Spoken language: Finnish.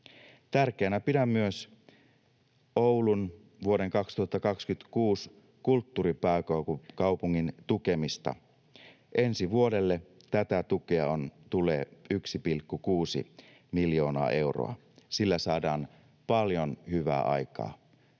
Tärkeänä pidän myös Oulun, vuoden 2026 kulttuuripääkaupungin, tukemista. Ensi vuodelle tätä tukea tulee 1,6 miljoonaa euroa. Sillä saadaan paljon hyvää aikaan.